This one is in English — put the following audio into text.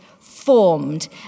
formed